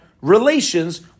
relations